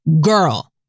girl